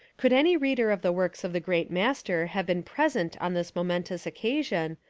could any reader of the works of the great master have been present on this momentous occasion.